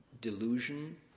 delusion